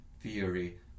theory